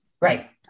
Right